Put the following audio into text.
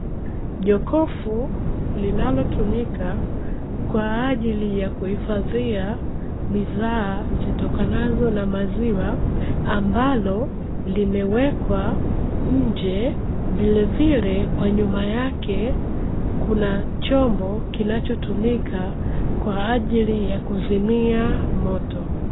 Jokofu linalotumika kwa ajili ya kuhifadhia bidhaa zitokanazo na maziwa, ambalo limewekwa nje vilevile kwa nyuma yake kuna chombo kinachotumika kwa ajili ya kuzimia moto.